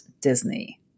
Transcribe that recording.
Disney